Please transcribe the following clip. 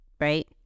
right